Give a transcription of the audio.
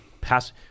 pass